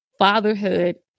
fatherhood